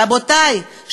רבותי,